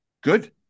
Good